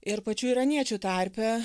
ir pačių iraniečių tarpe